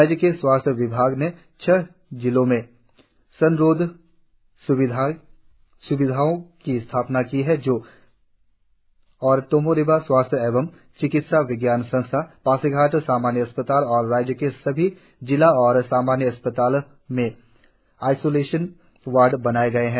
राज्य के स्वास्थ्य विभाग ने छह जिलों में संगरोध स्विधाओं की स्थापना की है और टोमो रीबा स्वास्थ्य एवं चिकित्सा विज्ञान संस्थान पासीघाट सामान्य अस्पताल और राज्य के सभी जिला और सामान्य अस्पतालों में आइसोलेशन वार्ड बनाये गये हैं